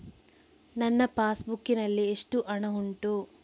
ನನ್ನ pass book ನಲ್ಲಿ ಎಷ್ಟು ಹಣ ಉಂಟು?